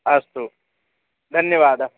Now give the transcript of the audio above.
अस्तु धन्यवादः